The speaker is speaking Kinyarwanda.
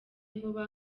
vuba